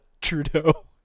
Trudeau